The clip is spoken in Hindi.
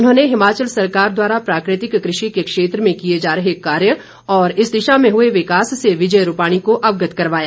उन्होंने हिमाचल सरकार द्वारा प्राकृतिक कृषि के क्षेत्र में किए जा रहे कार्य और इस दिशा में हुए विकास से विजय रूपाणी को अवगत करवाया